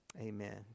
Amen